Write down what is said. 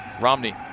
Romney